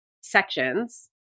sections